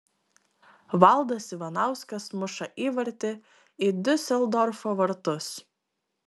valdas ivanauskas muša įvartį į diuseldorfo vartus